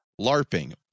LARPing